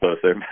closer